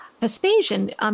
Vespasian